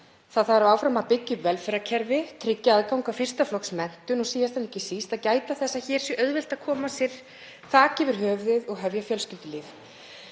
Áfram þarf að byggja upp velferðarkerfið, tryggja aðgang að fyrsta flokks menntun og síðast en ekki síst að gæta þess að hér sé auðvelt að koma sér þaki yfir höfuðið og hefja fjölskyldulíf.